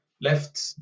left